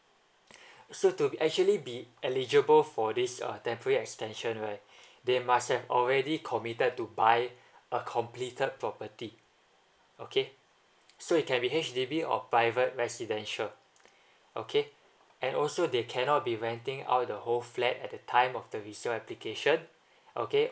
so to be actually be eligible for this uh the free extension right they must have already committed to buy a completed property okay so it can be H_D_B or private residential okay and also they cannot be renting out the whole flat at the time of the resale application okay